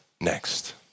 next